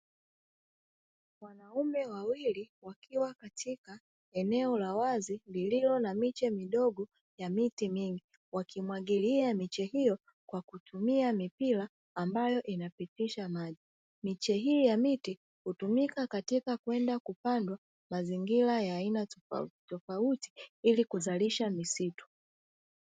Wanaume wawili wakiwa katika eneo la wazi lililo na miche midogo ya miti mingi wakimwagilia miche hiyo kwa kutumia mipira ambayo inapitisha maji miche hii ya miti hutumika katika kwenda kupandwa mazingira ya aina tofauti tofauti ili kuzalisha misitu.